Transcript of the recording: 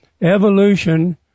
Evolution